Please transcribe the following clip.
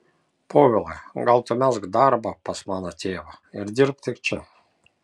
povilai gal tu mesk darbą pas mano tėvą ir dirbk tik čia